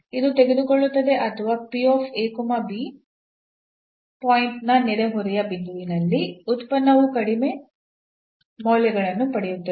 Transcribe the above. ಇದು ತೆಗೆದುಕೊಳ್ಳುತ್ತದೆ ಅಥವಾ ಈ ಪಾಯಿಂಟ್ನ ನೆರೆಹೊರೆಯ ಬಿಂದುವಿನಲ್ಲಿ ಉತ್ಪನ್ನವು ಕಡಿಮೆ ಮೌಲ್ಯಗಳನ್ನು ಪಡೆಯುತ್ತದೆ